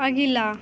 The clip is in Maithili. अगिला